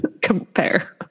Compare